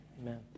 Amen